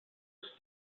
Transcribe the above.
its